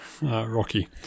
Rocky